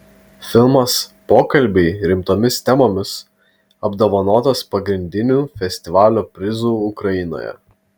filmas pokalbiai rimtomis temomis apdovanotas pagrindiniu festivalio prizu ukrainoje